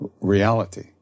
reality